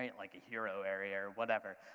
like a hero area or whatever.